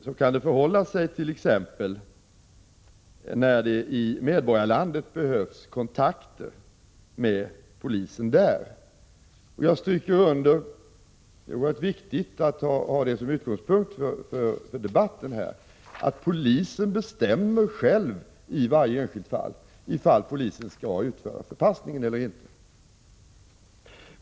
Så kan det förhålla sig t.ex. när det i medborgarlandet behövs kontakter med polisen där. Jag stryker under — och det är oerhört viktigt att ha det som utgångspunkt för den här debatten — att polisen i varje enskilt fall själv bestämmer ifall polisen skall utföra förpassningen eller inte.